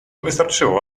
wystarczyło